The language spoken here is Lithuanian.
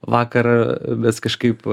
vakar mes kažkaip